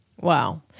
Wow